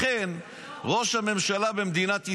לכן ראש הממשלה במדינת ישראל,